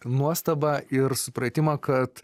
nuostabą ir supratimą kad